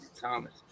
Thomas